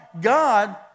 God